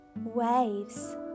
waves